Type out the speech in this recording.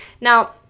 Now